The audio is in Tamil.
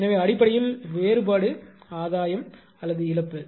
எனவே அடிப்படையில் வேறுபாடு ஆதாயம் அல்லது இழப்பு